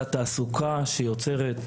אלא תעסוקה שיוצרת.